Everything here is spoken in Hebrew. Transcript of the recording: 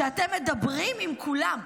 שאתם מדברים עם כולם,